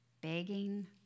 begging